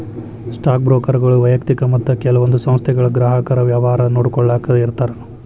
stock ಬ್ರೋಕರ್ಗಳು ವ್ಯಯಕ್ತಿಕ ಮತ್ತ ಕೆಲವೊಂದ್ ಸಂಸ್ಥೆಗಳ ಗ್ರಾಹಕರ ವ್ಯವಹಾರ ನೋಡ್ಕೊಳ್ಳಾಕ ಇರ್ತಾರ